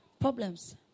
Problems